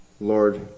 Lord